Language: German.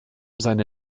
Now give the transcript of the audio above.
seine